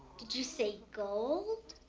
did you say gold?